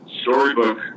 storybook